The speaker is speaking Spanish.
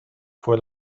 fue